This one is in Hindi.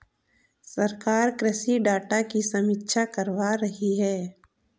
सरकार कृषि डाटा की समीक्षा करवा रही है